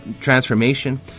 transformation